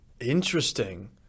Interesting